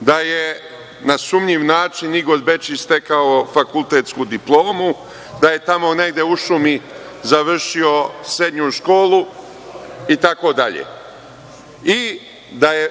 da je na sumnjiv način Igor Bečić stekao fakultetsku diplomu, da je tamo negde u šumi završio srednju školu, itd. i da je